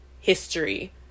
history